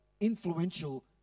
influential